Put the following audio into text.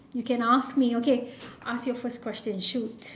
you can ask me okay ask your first question shoot